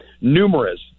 numerous